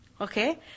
okay